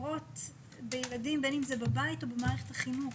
קורות בין אם זה בבית או במערכת החינוך?